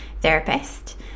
therapist